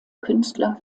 künstler